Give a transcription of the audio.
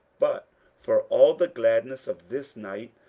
but for all the gladness of this night,